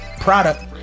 product